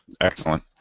Excellent